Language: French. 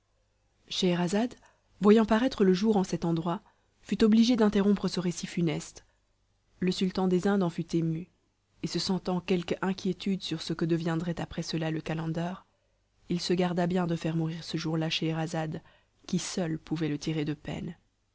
scheherazade voyant paraître le jour en cet endroit fut obligée d'interrompre ce récit funeste le sultan des indes en fut ému et se sentant quelque inquiétude sur ce que deviendrait après cela le calender il se garda bien de faire mourir ce jour-là scheherazade qui seule pouvait le tirer de peine